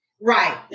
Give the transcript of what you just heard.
Right